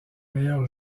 meilleurs